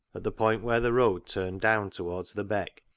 at the point where the road turned down towards the beck,